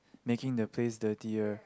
making the place dirtier